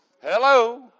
Hello